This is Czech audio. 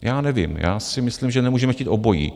Já nevím, já si myslím, že nemůžeme chtít obojí.